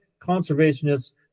Conservationists